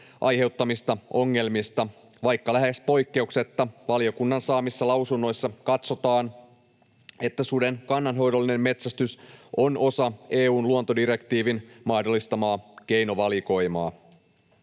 aiheuttamista ongelmista, vaikka lähes poikkeuksetta valiokunnan saamissa lausunnoissa katsotaan, että suden kannanhoidollinen metsästys on osa EU:n luontodirektiivin mahdollistamaa keinovalikoimaa.